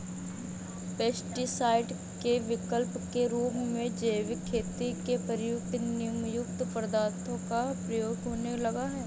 pesticide के विकल्प के रूप में जैविक खेती में प्रयुक्त नीमयुक्त पदार्थों का प्रयोग होने लगा है